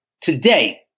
today